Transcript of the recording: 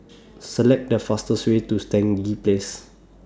Select The fastest Way to Stangee Place